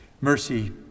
Mercy